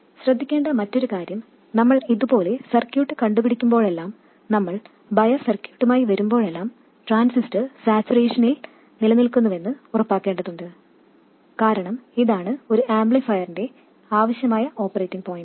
ശ്രദ്ധിക്കേണ്ട മറ്റൊരു കാര്യം നമ്മൾ ഇതുപോലൊരു സർക്യൂട്ട് കണ്ടുപിടിക്കുമ്പോഴെല്ലാം നമ്മൾ ബയസ് സർക്യൂട്ടുമായി വരുമ്പോഴെല്ലാം ട്രാൻസിസ്റ്റർ സാച്ചുറേഷൻ നിലനിൽക്കുന്നുവെന്ന് ഉറപ്പാക്കേണ്ടതുണ്ട് കാരണം ഇതാണ് ഒരു ആംപ്ലിഫയറിന്റെ ആവശ്യമായ ഓപ്പറേറ്റിംഗ് പോയിൻറ്